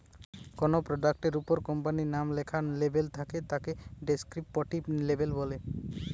কোনো প্রোডাক্ট এর উপর কোম্পানির নাম লেখা লেবেল থাকে তাকে ডেস্ক্রিপটিভ লেবেল বলে